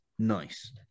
Nice